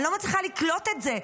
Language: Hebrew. אני לא מצליחה לקלוט את זה.